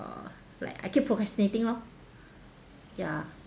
uh like I keep procrastinating lor ya